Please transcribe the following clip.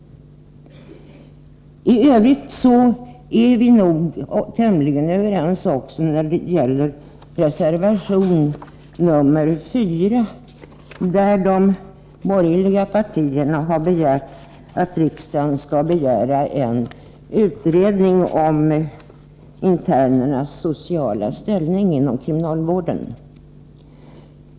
I reservation 4 har de borgerliga partierna begärt en utredning om intagnas sociala bakgrund.